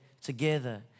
Together